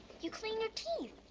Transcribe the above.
you clean your teeth.